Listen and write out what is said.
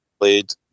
played